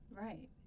Right